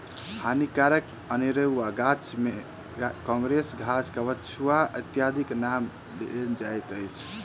हानिकारक अनेरुआ गाछ मे काँग्रेस घास, कबछुआ इत्यादिक नाम लेल जाइत अछि